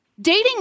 Dating